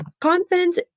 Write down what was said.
confidence